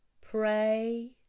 pray